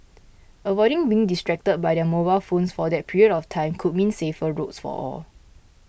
avoiding being distracted by their mobile phones for that period of time could mean safer roads for all